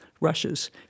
Russias